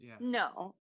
no